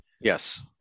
Yes